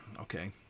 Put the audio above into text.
okay